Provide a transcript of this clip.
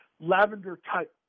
lavender-type